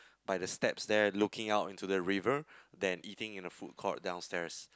by the steps there and looking out in to the river than eating in the food court downstairs